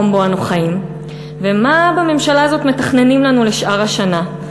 שבו אנו חיים ומה בממשלה הזאת מתכננים לנו לשאר השנה.